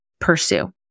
pursue